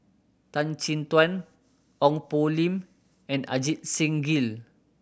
Tan Chin Tuan Ong Poh Lim and Ajit Singh Gill